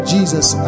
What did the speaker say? Jesus